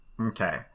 Okay